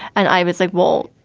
and i was like, well,